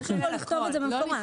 צריך לכתוב את זה במפורש.